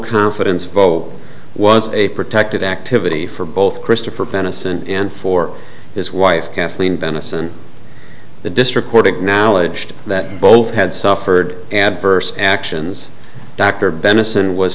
confidence vote was a protected activity for both christopher benison and for his wife kathleen venice and the district court acknowledged that both had suffered adverse actions dr benison was